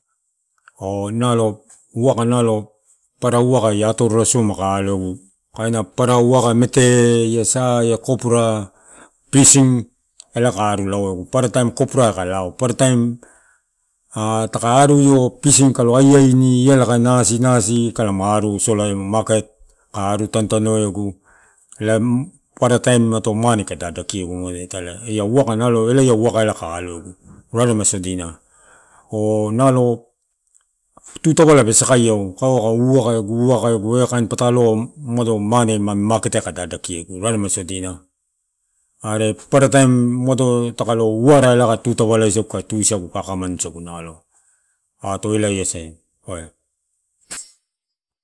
Oh nulo waka nalo papara waka la atorolasoma kae aloegu, ea waka mete, sa, ia kopra, pisin, elai kae aru lala uegu, parataim copra kae lao, paparataim taka ru eh pisin kae lo aniani iala kaii aru nasi, nasi, kae lama aru solaegu maket. Kai aru tanutanu, egu elai to paparataim mane kato dadakiaegu eu waka, alo elai waka kae alo, raremai odina oh nalo tutavala pe sakaiau, kaua kae uwakaegu, uwakaegu ela kain ppatalo, umado mane nami maket kato dadakiegu, raremai sodina are paparataim nalo taka lo wara kae tutavaluisagu nalo ato elai asa.